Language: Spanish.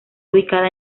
ubicada